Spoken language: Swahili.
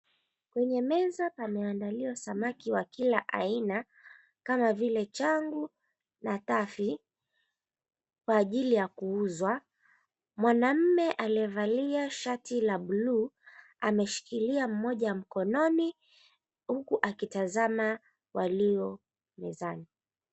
Kwenye meza pameandaliwa samaki wa kila aina kama vile changu na tafi kwa ajili ya kuuzwa. Mwanaume aliyevalia shati la bluu ameshikilia mmoja mkononi huku akitazama waliomezani.